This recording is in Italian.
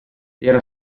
era